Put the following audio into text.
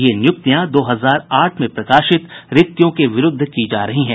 ये नियुक्तियां दो हजार आठ में प्रकाशित रिक्तियों के विरूद्ध की जा रही हैं